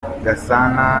gasana